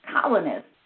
colonists